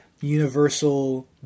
universal